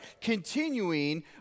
continuing